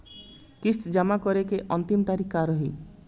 किस्त जमा करे के अंतिम तारीख का रही?